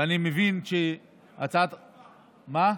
ואני מבין שהצעת, מה?